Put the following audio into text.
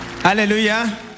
Hallelujah